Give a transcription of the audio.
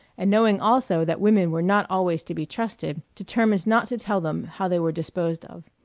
and knowing also that women were not always to be trusted, determined not to tell them how they were disposed of.